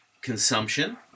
consumption